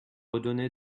redonner